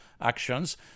actions